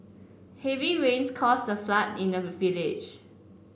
heavy rains cause a flood in the village